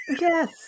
Yes